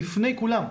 לפני כולם,